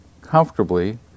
comfortably